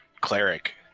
cleric